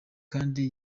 kandi